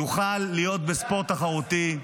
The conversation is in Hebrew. יוכל להיות בספורט תחרותי.